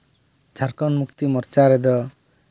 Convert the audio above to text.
ᱡᱷᱟᱲᱠᱷᱚᱸᱰ ᱢᱩᱠᱛᱤ ᱢᱳᱨᱪᱟ ᱨᱮᱫᱚ